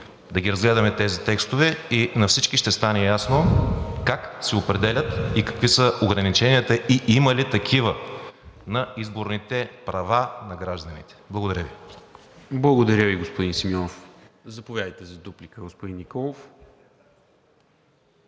да ги разгледаме тези текстове и на всички ще стане ясно как се определят, какви са ограниченията и има ли такива на изборните права на гражданите. Благодаря Ви. ПРЕДСЕДАТЕЛ НИКОЛА МИНЧЕВ: Благодаря Ви, господин Симеонов. Заповядайте за дуплика, господин Николов.